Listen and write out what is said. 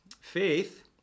Faith